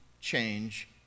change